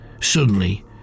Suddenly